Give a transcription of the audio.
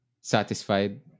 satisfied